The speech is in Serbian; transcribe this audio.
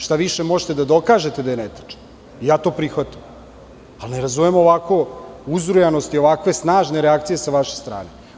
Šta više, možete da dokažete da je netačan i ja to prihvatam, ali ne razumem ovakvu uzrujanost i ovako snažne reakcije sa vaše strane.